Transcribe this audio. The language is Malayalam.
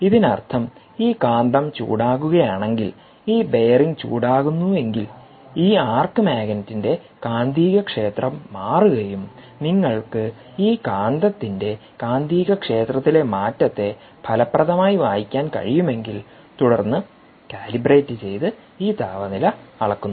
ഇതിനർത്ഥം ഈ കാന്തം ചൂടാകുകയാണെങ്കിൽ ഈ ബെയറിംഗ് ചൂടാകുന്നുവെങ്കിൽ ഈ ആർക്ക് മാഗ്നറ്റിന്റെ കാന്തികക്ഷേത്രം മാറുകയും നിങ്ങൾക്ക് ഈ കാന്തത്തിന്റെ കാന്തികക്ഷേത്രത്തിലെ മാറ്റത്തെ ഫലപ്രദമായി വായിക്കാൻ കഴിയുമെങ്കിൽ തുടർന്ന് കാലിബ്രേറ്റ്ചെയ്ത് ഈ താപനില അളക്കുന്നു